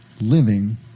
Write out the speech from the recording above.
living